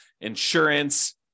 insurance